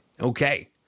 Okay